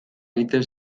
egiten